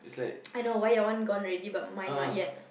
I know why your one gone already but mine not yet